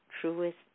truest